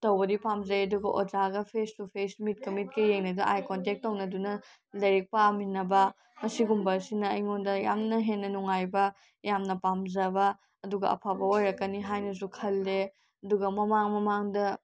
ꯇꯧꯕꯗꯤ ꯄꯥꯝꯖꯩ ꯑꯗꯨꯒ ꯑꯣꯖꯥꯒ ꯐꯦꯁ ꯇꯨ ꯐꯦꯁ ꯃꯤꯠꯀ ꯃꯤꯠꯀ ꯌꯦꯡꯉꯒ ꯑꯥꯏ ꯀꯣꯟꯇꯦꯛ ꯇꯧꯅꯗꯨꯅ ꯂꯥꯏꯔꯤꯛ ꯄꯥꯃꯤꯟꯅꯕ ꯑꯁꯤꯒꯨꯝꯕ ꯑꯁꯤꯅ ꯑꯩꯉꯣꯟꯗ ꯌꯥꯝꯅ ꯍꯦꯟꯅ ꯅꯨꯡꯉꯥꯏꯕ ꯌꯥꯝꯅ ꯄꯥꯝꯖꯕ ꯑꯗꯨꯒ ꯑꯐꯕ ꯑꯣꯏꯔꯛꯀꯅꯤ ꯍꯥꯏꯅꯁꯨ ꯈꯜꯂꯦ ꯑꯗꯨꯒ ꯃꯃꯥꯡ ꯃꯃꯥꯡꯗ